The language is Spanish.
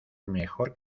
mejor